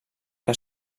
que